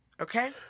Okay